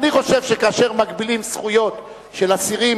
אני קובע שהצעתו של חבר הכנסת דנון